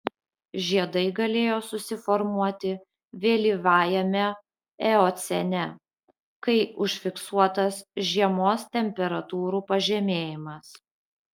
žiedai galėjo susiformuoti vėlyvajame eocene kai užfiksuotas žiemos temperatūrų pažemėjimas